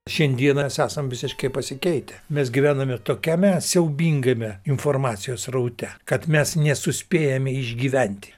šiandieną mes esam visiškai pasikeitę mes gyvename tokiame siaubingame informacijos sraute kad mes nesuspėjame išgyventi